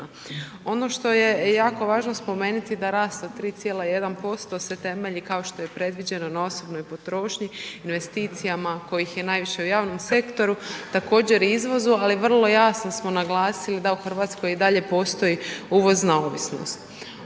Ono što je jako važno spomenuti da rast od 3,1% se temelji kao što je predviđeno na osobnoj potrošnji, investicijama kojih je najviše u javnom sektoru, također i izvozu ali vrlo jasno smo naglasili da u Hrvatskoj i dalje postoji uvozna ovisnost.